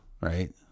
right